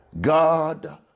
God